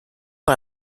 par